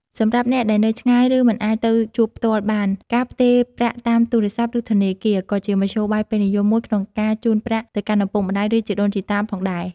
សម្រាប់អ្នកដែលនៅឆ្ងាយ ឬមិនអាចទៅជួបផ្ទាល់បាន ការផ្ទេរប្រាក់តាមទូរស័ព្ទ ឬធនាគារ ក៏ជាមធ្យោបាយពេញនិយមមួយក្នុងការជូនប្រាក់ទៅកាន់ឪពុកម្តាយ ឬជីដូនជីតាផងដែរ។